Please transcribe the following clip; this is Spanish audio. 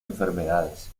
enfermedades